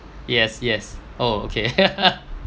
yes yes oh okay